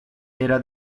era